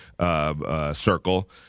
circle